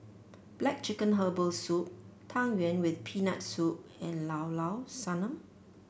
black chicken Herbal Soup Tang Yuen with Peanut Soup and Llao Llao Sanum